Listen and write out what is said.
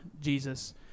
Jesus